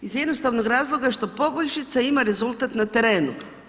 Iz jednostavnog razloga što poboljšica ima rezultat na terenu.